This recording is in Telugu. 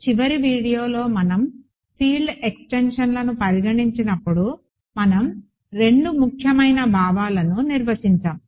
చివరి వీడియోలో మనం ఫీల్డ్ ఎక్స్టెన్షన్లను పరిగణించినప్పుడు మనం రెండు ముఖ్యమైన భావాలను నిర్వచించాము